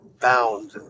bound